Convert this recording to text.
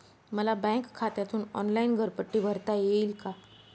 मला बँक खात्यातून ऑनलाइन घरपट्टी भरता येईल का?